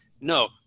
No